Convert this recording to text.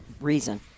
reason